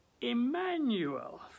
Emmanuel